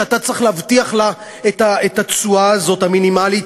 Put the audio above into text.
שאתה צריך להבטיח לה את התשואה המינימלית